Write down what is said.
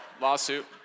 Lawsuit